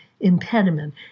impediment